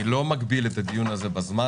אני לא מגביל את הדיון הזה בזמן,